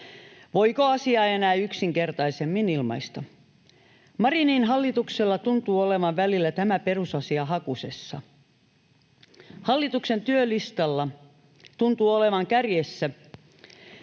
Voiko asiaa enää yksinkertaisemmin ilmaista? Marinin hallituksella tuntuu olevan välillä tämä perusasia hakusessa. Hallituksen työlistalla tuntuu olevan kärjessä